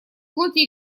плоти